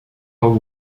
out